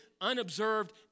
unobserved